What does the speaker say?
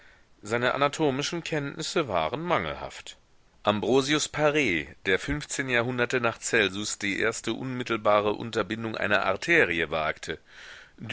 seine anatomischen kenntnisse waren mangelhaft ambrosius par der fünfzehn jahrhunderte nach celsus die erste unmittelbare unterbindung einer arterie wagte